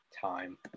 time